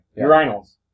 Urinals